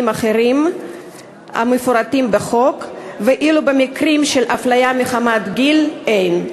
אחרים המפורטים בחוק ואילו במקרים של אפליה מחמת גיל אין.